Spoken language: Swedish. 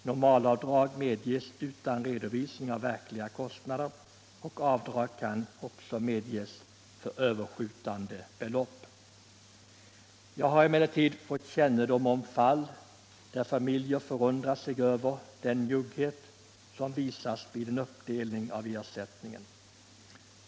Normalavdrag medges utan redovisning av verkliga kostnader, och avdrag kan också medges för överskjutande belopp. Jag har emellertid fått kännedom om fall där familjer förundrar sig över den njugghet som visas vid en uppdelning av ersättningen.